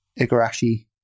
Igarashi